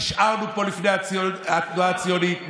נשארנו פה לפני התנועה הציונית,